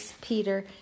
Peter